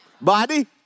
Body